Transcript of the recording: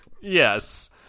Yes